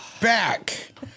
back